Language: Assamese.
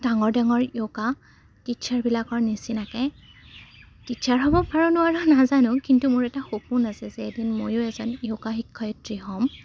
ডাঙৰ ডাঙৰ য়োগা টিচাৰবিলাকৰ নিচিনাকৈ টিচচাৰ হ'ব পাৰো নোৱাৰো নাজানো কিন্তু মোৰ এটা সপোন আছে যে এদিন ময়ো এজন য়োগা শিক্ষয়িত্ৰী হ'ম